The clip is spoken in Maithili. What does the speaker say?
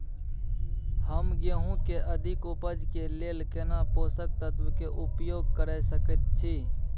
हम गेहूं के अधिक उपज के लेल केना पोषक तत्व के उपयोग करय सकेत छी?